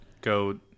go